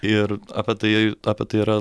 ir apie tai apie tai yra